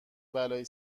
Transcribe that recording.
بلایی